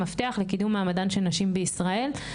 מפתח לקידום מעמדן של נשים בישראל.